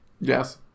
Yes